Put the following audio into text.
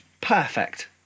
perfect